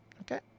Okay